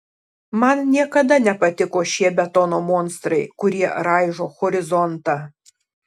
man niekada nepatiko šie betono monstrai kurie raižo horizontą